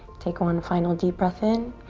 take one final deep breath in.